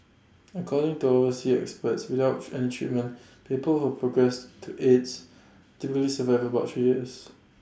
according to overseas experts without any treatment people who progress to aids typically survive about three years